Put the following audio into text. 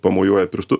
pamojuoja pirštu